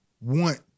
want